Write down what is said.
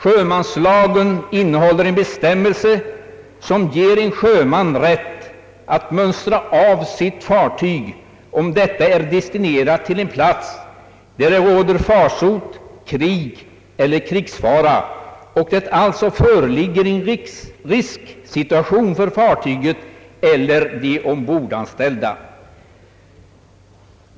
Sjömanslagen innehåller en bestämmelse som ger en sjöman rätt att mönstra av sitt far tyg om detta är destinerat till en plats där det råder farsot, krig eller krigsfara och det alltså föreligger en risksituation för fartyget eller de ombordanställda.